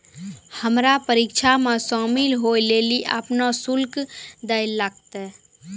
हमरा परीक्षा मे शामिल होय लेली अपनो शुल्क दैल लागतै